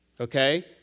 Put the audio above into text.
Okay